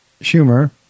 Schumer